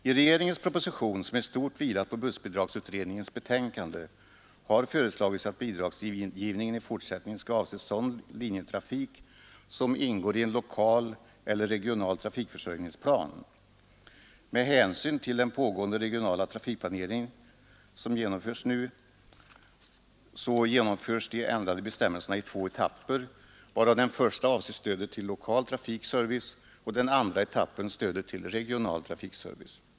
I propositionen, som i stort sett vilar på bussbidragsutredningens betänkande, har föreslagits att bidragsgivningen i fortsättningen skall avse sådan linjetrafik som ingår i en lokal eller regional trafikförsörjningsplan. Med hänsyn till den pågående regionala trafikplaneringen genomförs ändringen av bestämmelserna i två etapper. Den första etappen avser stödet till lokal trafikservice och den andra etappen stödet till regional trafikservice.